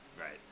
Right